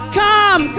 come